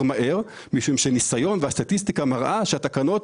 מהר משום שהסטטיסטיקה מראה שהתקנות